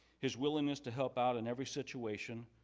is willingness to help out in every situation,